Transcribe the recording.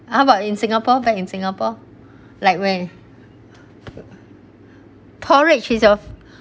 how about in singapore back in singapore like when porridge is your